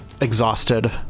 exhausted